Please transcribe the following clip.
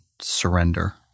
surrender